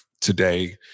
today